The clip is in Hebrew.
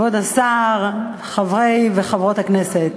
כבוד השר, חברי וחברות הכנסת,